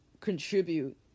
contribute